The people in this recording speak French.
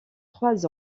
trois